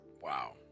Wow